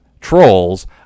trolls